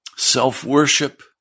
Self-worship